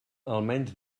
almenys